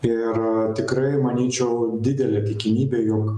ir tikrai manyčiau didelė tikimybė jog